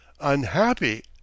Unhappy